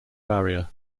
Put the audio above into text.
barrier